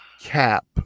cap